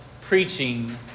preaching